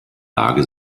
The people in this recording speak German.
lage